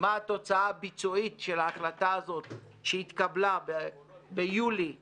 מה התוצאה הביצועית של החלטה הזאת שהתקבלה ביולי 2018?